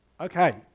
Okay